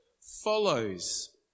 follows